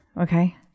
okay